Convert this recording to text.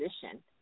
position